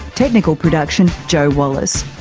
technical production joe wallace,